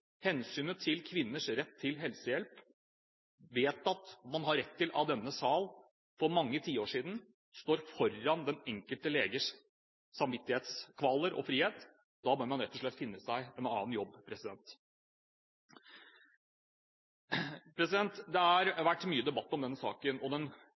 hensynet til kvinners rett til helsehjelp – som er vedtatt at man har rett til av denne sal for mange tiår siden – står foran den enkelte leges samvittighetskvaler og frihet. Da bør man rett og slett finne seg en annen jobb. Det har vært mye debatt om denne saken, og den